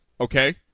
okay